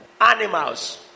animals